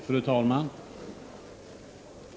Fru talman!